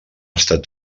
estat